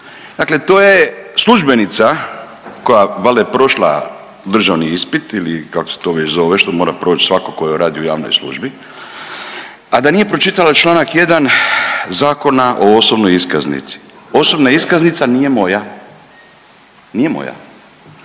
Dakle, to je službenica koja valjda je prošla državni ispit ili kako se to već zove što mora proći svatko tko radi u javnoj službi a da nije pročitala članak 1. Zakona o osobnoj iskaznici. Osobna iskaznica nije moja, nije moja.